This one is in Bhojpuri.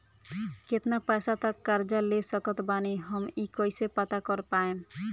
केतना पैसा तक कर्जा ले सकत बानी हम ई कइसे पता कर पाएम?